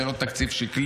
זה לא תקציב שקלי,